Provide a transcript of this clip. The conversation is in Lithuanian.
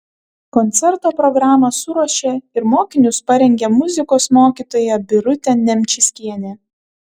koncerto programą suruošė ir mokinius parengė muzikos mokytoja birutė nemčinskienė